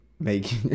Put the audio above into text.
make